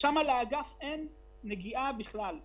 לאגף אין נגיעה בכלל.